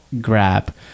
grab